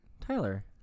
Tyler